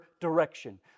direction